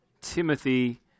Timothy